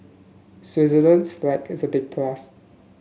Switzerland's flag is a big plus